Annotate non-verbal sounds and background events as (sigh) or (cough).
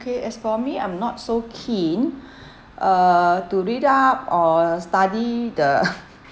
okay as for me I'm not so keen (breath) uh to read up or study the (laughs)